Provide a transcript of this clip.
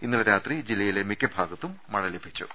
ഇന്നലെ രാത്രി ജില്ലയിലെ മിക്ക ഭാഗത്തും മഴ ലഭിച്ചു